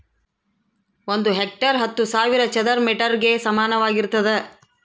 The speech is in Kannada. ಒಂದು ಹೆಕ್ಟೇರ್ ಹತ್ತು ಸಾವಿರ ಚದರ ಮೇಟರ್ ಗೆ ಸಮಾನವಾಗಿರ್ತದ